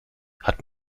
hat